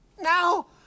Now